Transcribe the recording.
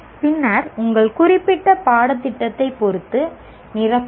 பின்னர் உங்கள் குறிப்பிட்ட பாடத்திட்டத்தைப் பொறுத்து நிரப்பவும்